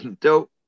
Dope